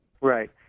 Right